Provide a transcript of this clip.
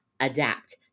adapt